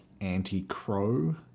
anti-Crow